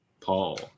Paul